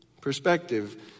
perspective